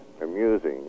amusing